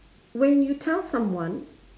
when you tell someone